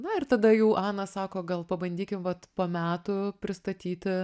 na ir tada jau ana sako gal pabandykim vat po metų pristatyti